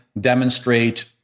demonstrate